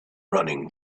running